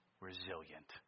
resilient